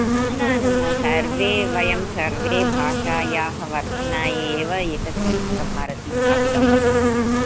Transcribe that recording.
हा न न न सर्वे वयं सर्वे भाषायाः वर्धनाय एव एतत् संस्कृतभारती स्थापिता अस्ति